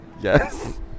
yes